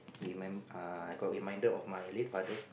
re~ uh I got reminded of my late father